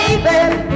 Baby